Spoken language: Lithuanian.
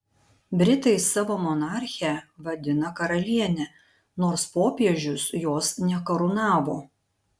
britai savo monarchę vadina karaliene nors popiežius jos nekarūnavo